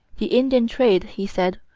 the indian trade, he said,